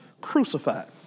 crucified